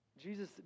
Jesus